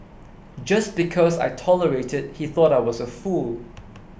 just because I tolerated he thought I was a fool